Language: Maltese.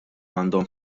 għandhom